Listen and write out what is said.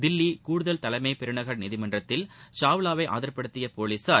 தில்லி கூடுதல் தலைமை பெருநகர நீதிமன்றத்தில் சாவ்லாவை ஆஜர்படுத்திய போலிசார்